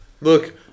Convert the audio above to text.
Look